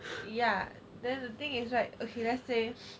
ya then the thing is right okay let's say